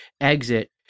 exit